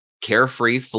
carefree